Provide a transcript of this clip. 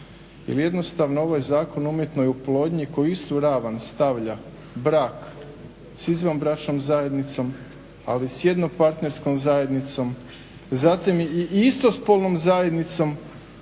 jednostavno ovaj Zakon o umjetnoj oplodnji koji u istu ravan stavlja brak s izvanbračnom zajednicom, ali s jedno partnerskom zajednicom. Zatim i isto spolnom zajednicom